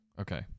Okay